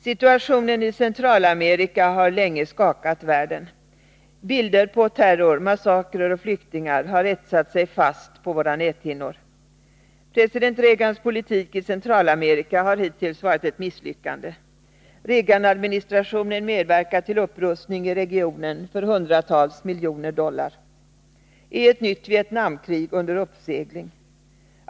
Situationen i Centralamerika har länge skakat världen. Bilder på terror, massakrer och flyktingar har etsat sig fast på våra näthinnor. President Reagans politik i Centralamerika har hittills varit ett misslyckande. Reaganadministrationen medverkar till upprustning i regionen för hundratals miljoner dollar. Är ett nytt Vietnamkrig under uppsegling?